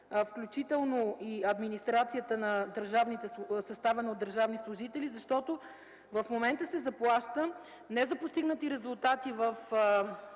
включително и на състава държавни служители, защото в момента се заплаща не за постигнати резултати